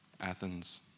athens